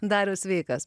dariau sveikas